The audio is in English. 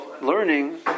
learning